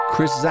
Chris